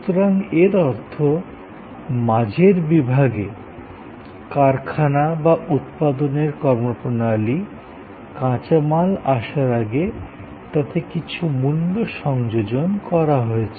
সুতরাং এর অর্থ মাঝের বিভাগে কারখানা উৎপাদনের কর্মপ্রণালী কাঁচামাল আসার আগে তাতে কিছু মূল্য সংযোজন করা হয়েছে